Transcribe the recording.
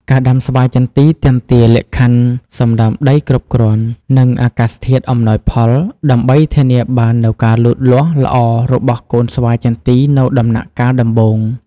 ការដាំស្វាយចន្ទីទាមទារលក្ខខណ្ឌសំណើមដីគ្រប់គ្រាន់ និងអាកាសធាតុអំណោយផល ដើម្បីធានាបាននូវការលូតលាស់ល្អរបស់កូនស្វាយចន្ទីនៅដំណាក់កាលដំបូង។